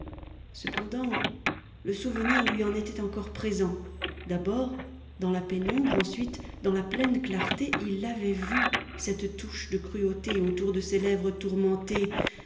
cependant le souvenir lui en était encore présent d'abord dans la pénombre ensuite dans la pleine clarté il l'avait vue cette touche de cruauté autour de ses lèvres tourmentées